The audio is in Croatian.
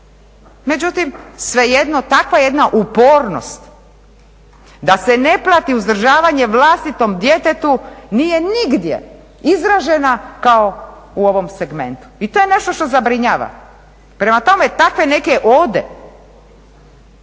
Međutim svejedno, takva jedna upornost da se ne plati uzdržavanje vlastitom djetetu nije nigdje izražena kao u ovom segmentu i to je nešto što zabrinjava. Prema tome, takve neke ode